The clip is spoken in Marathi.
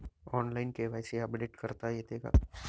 ऑनलाइन के.वाय.सी अपडेट करता येते का?